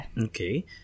Okay